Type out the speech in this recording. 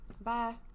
Bye